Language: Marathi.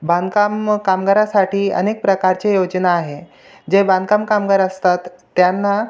बांधकाम कामगारांसाठी अनेक प्रकारच्या योजना आहेत जे बांधकाम कामगार असतात त्यांना